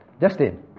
Justin